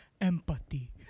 empathy